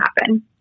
happen